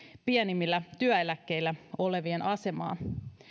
pienimmillä työeläkkeillä olevien asemaa